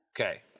Okay